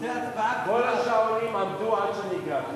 כל השעונים עמדו עד שאני הגעתי.